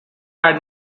had